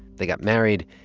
they got married,